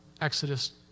Exodus